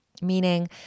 meaning